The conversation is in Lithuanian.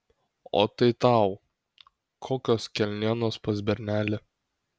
o tai tau kokios kelnienos pas bernelį